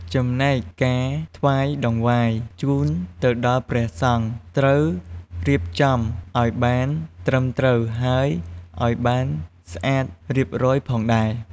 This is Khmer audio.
ចំណែកការការថ្វាយតង្វាយជូនទៅដល់ព្រះសង្ឃត្រូវរៀបចំអោយបានត្រឺមត្រូវហើយអោយានស្អាតរៀបរយផងដែរ។